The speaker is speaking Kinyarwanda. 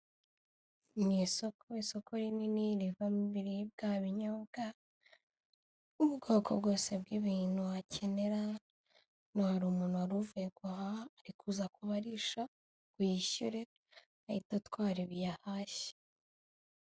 Ni isoko, isoko rinini rivamo ibiribwa, ibinyobwa, ubwoko bwose bw'ibintu wakenera, hano hari umuntu wari uvuye guhaha, ari kubarisha ngo yishyure, ahita atwara ibyo yahashye.